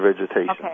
vegetation